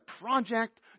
project